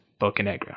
Bocanegra